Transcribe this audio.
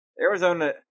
Arizona